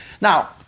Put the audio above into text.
Now